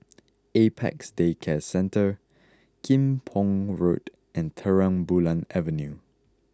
Apex Day Care Centre Kim Pong Road and Terang Bulan Avenue